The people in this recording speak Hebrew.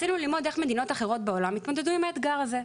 רצינו ללמוד איך מדינות אחרות בעולם התמודדו עם האתגר הזה.